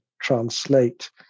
translate